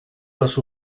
les